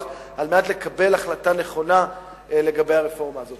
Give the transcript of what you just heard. על מנת לקבל החלטה נכונה לגבי הרפורמה הזאת.